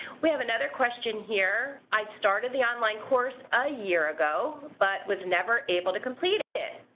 we have another question here, i started the online course a year ago but was never able to complete it.